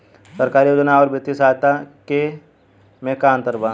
सरकारी योजना आउर वित्तीय सहायता के में का अंतर बा?